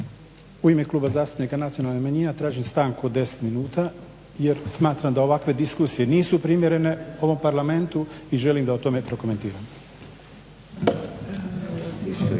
U ime Kluba zastupnika nacionalne manjina tražim stanku od deset minuta jer smatram da ovakve diskusije nisu primjerene ovom Parlamentu i želim da o tome prokomentiramo.